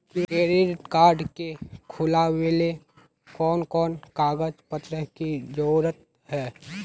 Credit card के खुलावेले कोन कोन कागज पत्र की जरूरत है?